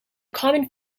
common